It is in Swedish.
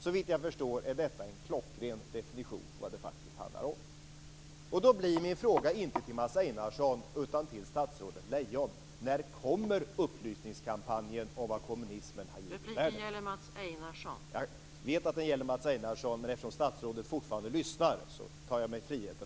Såvitt jag förstår är detta en klockren definition av vad det faktiskt handlar om. Min fråga riktar sig då inte till Mats Einarsson utan till statsrådet Lejon: När kommer upplysningskampanjen om vad kommunismen har gett världen?